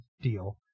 deal